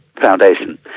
Foundation